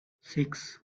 six